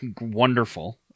wonderful